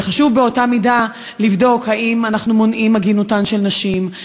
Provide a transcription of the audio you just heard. וחשוב באותה מידה לבדוק אם אנחנו מונעים את עגינותן של נשים,